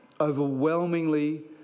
overwhelmingly